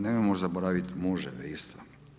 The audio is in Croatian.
Nemojmo zaboraviti muževe isto.